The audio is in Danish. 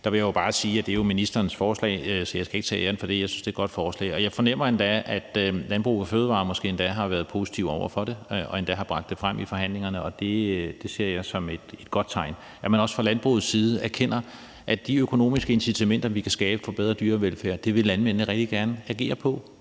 – vil jeg bare sige, at det jo er ministerens forslag. Så jeg skal ikke tage æren for det. Jeg synes, det er et godt forslag, og jeg fornemmer, at Landbrug & Fødevarer måske endda har været positive over for det og endda har bragt det frem i forhandlingerne, og det ser jeg som et godt tegn, altså at man også fra landbrugets side erkender, at de økonomiske incitamenter, vi kan skabe for bedre dyrevelfærd, vil landmændene rigtig gerne agere på